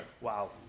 Wow